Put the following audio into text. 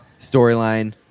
storyline